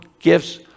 gifts